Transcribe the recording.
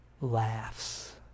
laughs